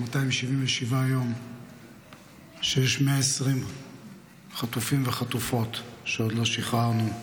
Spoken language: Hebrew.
277 יום שיש 120 חטופים וחטופות שעוד לא שחררנו.